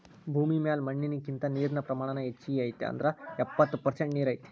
ಭೂಮಿ ಮ್ಯಾಲ ಮಣ್ಣಿನಕಿಂತ ನೇರಿನ ಪ್ರಮಾಣಾನ ಹೆಚಗಿ ಐತಿ ಅಂದ್ರ ಎಪ್ಪತ್ತ ಪರಸೆಂಟ ನೇರ ಐತಿ